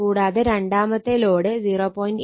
കൂടാതെ രണ്ടാമത്തെ ലോഡ് 0